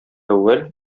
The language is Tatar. әүвәл